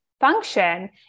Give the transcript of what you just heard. function